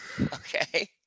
Okay